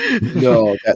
no